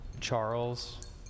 Charles